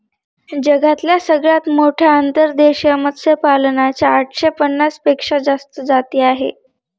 जगातल्या सगळ्यात मोठ्या अंतर्देशीय मत्स्यपालना च्या आठशे पन्नास पेक्षा जास्त जाती आहे